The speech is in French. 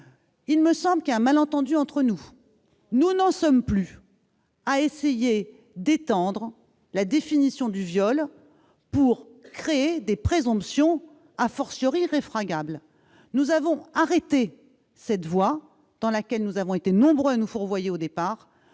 Il me semble qu'il y a un malentendu entre nous : nous n'en sommes plus à essayer d'étendre la définition du viol pour créer des présomptions, irréfragables. Nous avons abandonné cette voie, dans laquelle nous avons été nombreux à nous fourvoyer au départ,